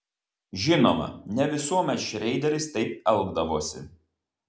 žinoma ne visuomet šreideris taip elgdavosi